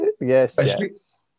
yes